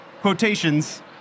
quotations